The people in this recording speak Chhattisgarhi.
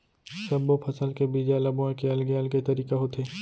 सब्बो फसल के बीजा ल बोए के अलगे अलगे तरीका होथे